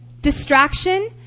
distraction